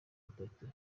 nitatu